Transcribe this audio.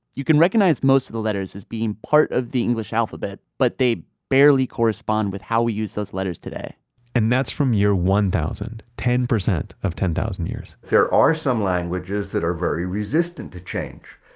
you can recognize most of the letters as being part of the english alphabet. but they barely correspond with how we use these letters today and that's from your one thousand, ten percent of ten thousand years there are some languages that are very resistant to change.